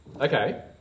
Okay